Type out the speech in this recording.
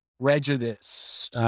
prejudice